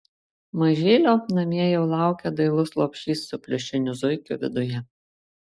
mažylio namie jau laukia dailus lopšys su pliušiniu zuikiu viduje